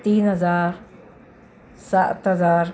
तीन हजार सात हजार